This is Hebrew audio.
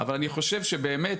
אבל אני חושב שבאמת,